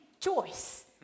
choice